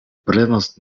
prenos